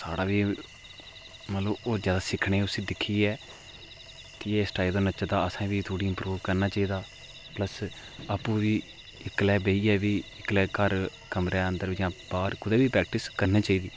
साढ़ा ओह् जेहा मतलब उसी दिक्खियै एस टाईप दा नच्चदा ते असें बी एस टाईप दा नच्चना चाहिदा प्लस्स आपूं बी इक्कलै बेहियै बी घरै दा अंदर जां बाह्र कुतै बी प्रैक्टिस करनी चाहिदी